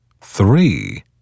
three